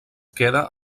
queda